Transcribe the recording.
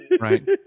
Right